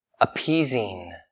appeasing